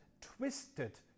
twisted